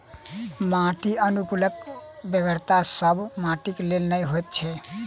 माटि अनुकुलकक बेगरता सभ माटिक लेल नै होइत छै